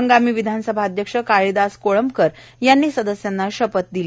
हंगामी विधानसभा अध्यक्ष कालिदास कोळंबकर यांनी सदस्यांना शपथ दिली